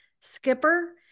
skipper